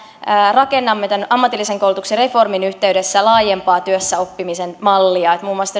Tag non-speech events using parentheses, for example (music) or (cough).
rakennamme tämän ammatillisen koulutuksen reformin yhteydessä laajempaa työssäoppimisen mallia muun muassa (unintelligible)